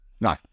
no